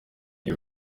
iyi